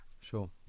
Sure